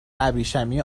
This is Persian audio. ابریشمی